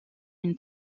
une